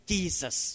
Jesus